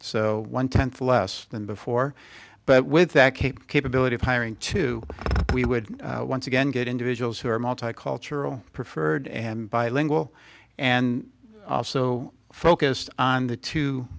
so one tenth less than before but with that came capability of hiring two we would once again get individuals who are multicultural preferred and bi lingual and also focused on the two